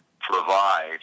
provide